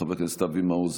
חבר הכנסת אבי מעוז,